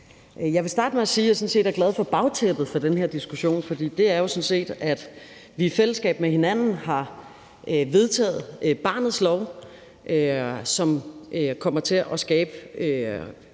Jeg vil starte med at sige, at jeg sådan set er glad for bagtæppet for den her diskussion, fordi det jo sådan set er, at vi i fællesskab med hinanden har vedtaget barnets lov, som kommer til at skabe